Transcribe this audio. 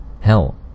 Hell